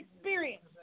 experience